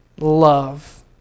love